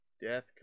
Death